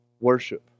worship